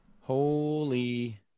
holy